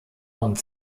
und